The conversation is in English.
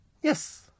Yes